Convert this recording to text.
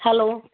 hello